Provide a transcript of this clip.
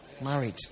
married